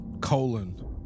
Colon